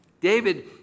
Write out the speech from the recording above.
David